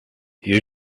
you